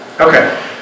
Okay